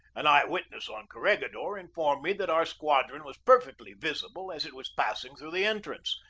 an eye-witness on corregidor informed me that our squadron was perfectly visible as it was passing through the entrance,